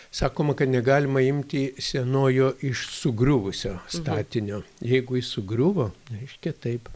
sakoma kad negalima imti sienojo iš sugriuvusio statinio jeigu jis sugriuvo reiškia taip